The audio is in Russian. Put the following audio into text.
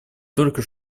только